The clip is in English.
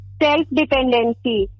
self-dependency